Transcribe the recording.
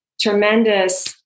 tremendous